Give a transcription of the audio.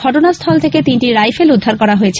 ঘটনাস্থল থেকে তিনটি রাইফেল উদ্ধার করা হয়েছে